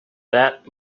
that